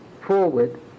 forward